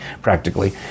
practically